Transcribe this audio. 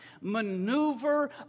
maneuver